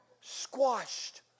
squashed